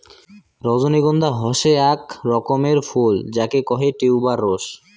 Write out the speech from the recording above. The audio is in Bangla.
রজনীগন্ধা হসে আক রকমের ফুল যাকে কহে টিউবার রোস